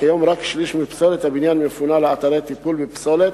כיום רק שליש מפסולת הבניין מפונה לאתרי טיפול בפסולת